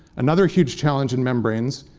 another huge challenge in membranes,